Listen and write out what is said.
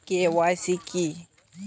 KYC কি?